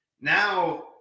now